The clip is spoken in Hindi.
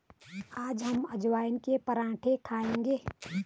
आज हम अजवाइन के पराठे खाएंगे